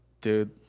dude